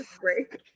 break